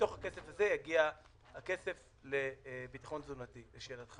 מתוך הכסף הזה יגיע הכסף לביטחון תזונתי, לשאלתך.